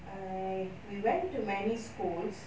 I we went to many schools